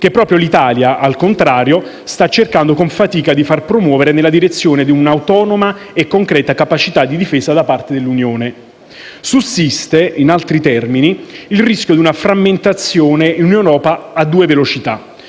che proprio l'Italia, al contrario, sta cercando con fatica di far promuovere nella direzione di un'autonoma e concreta capacità di difesa da parte dell'Unione. Sussiste, in altri termini, il rischio di una frammentazione in un'Europa a due velocità: